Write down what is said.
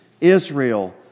Israel